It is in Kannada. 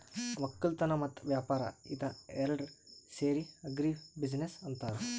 ವಕ್ಕಲತನ್ ಮತ್ತ್ ವ್ಯಾಪಾರ್ ಇದ ಏರಡ್ ಸೇರಿ ಆಗ್ರಿ ಬಿಜಿನೆಸ್ ಅಂತಾರ್